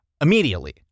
immediately